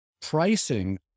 pricing